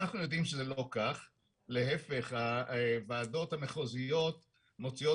אנחנו יודעים שזה לא כך אלא להיפך הוועדות המחוזיות מוציאות